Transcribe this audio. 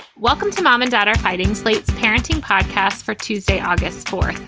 welcome to mom and dad are fighting slate's parenting podcast for tuesday, august fourth,